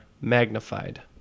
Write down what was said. Magnified